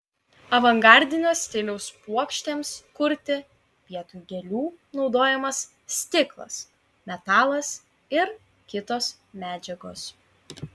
avangardinio stiliaus puokštėms kurti vietoj gėlių naudojamas stiklas metalas ir kitos medžiagos